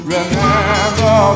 Remember